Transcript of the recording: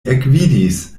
ekvidis